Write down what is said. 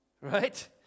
right